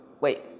wait